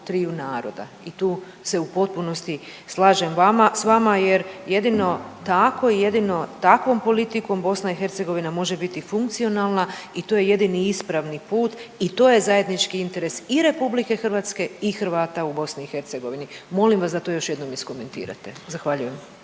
triju naroda i tu se u potpunosti slažem vama, s vama jer jedino tako i jedino takvom politikom BiH može biti funkcionalna i to je jedini ispravni put i to je zajednički interes i RH i Hrvata u BiH. Molim vas da to još jednom iskomentirate, zahvaljujem.